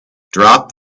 drop